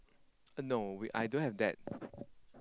uh no I don't have that